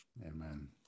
Amen